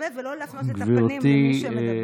להסתובב ולא להפנות את הפנים למי שמדבר.